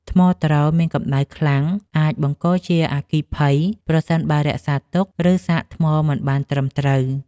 ថ្មដ្រូនមានកម្ដៅខ្លាំង អាចបង្កជាអគ្គិភ័យប្រសិនបើរក្សាទុក ឬសាកថ្មមិនបានត្រឹមត្រូវ។